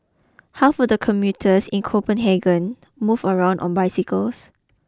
half of the commuters in Copenhagen move around on bicycles